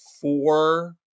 four